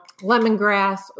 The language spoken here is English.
lemongrass